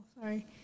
sorry